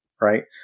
Right